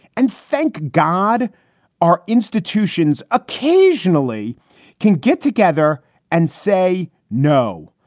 and thank god our institutions occasionally can get together and say no,